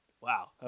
Wow